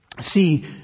see